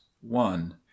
one